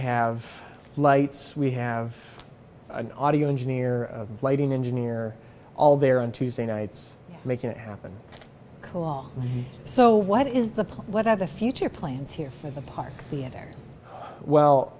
have lights we have an audio engineer lighting engineer all there on tuesday nights making it happen call so what is the plan what are the future plans here for the park theater well